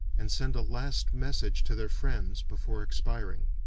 and send a last message to their friends before expiring.